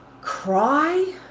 cry